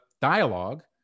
dialogue